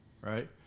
right